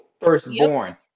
firstborn